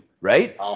right